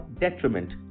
detriment